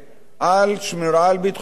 לשמירה על ביטחון הפנים.